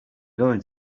going